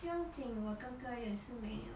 不用紧我哥哥也是没有